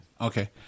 Okay